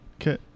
Okay